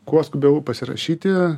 kuo skubiau pasirašyti